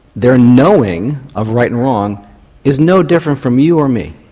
their knowing of right and wrong is no different from you or me,